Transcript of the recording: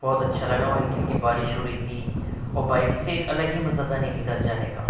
بہت اچھا لگا وہاں ہلکی ہلکی بارش ہو رہی تھی اور بائک سے ایک الگ مزہ تھا نینی تال جانے کا